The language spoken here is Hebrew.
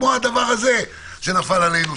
כמו הדבר הזה שנפל עלינו,